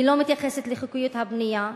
היא לא מתייחסת לחוקיות הבנייה,